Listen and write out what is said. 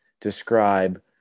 describe